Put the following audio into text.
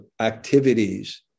activities